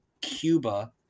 Cuba